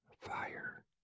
Fire